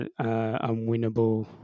unwinnable